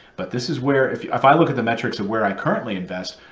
but this is where, if i look at the metrics of where i currently invest,